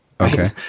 Okay